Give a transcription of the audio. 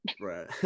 right